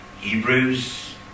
Hebrews